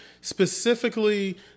Specifically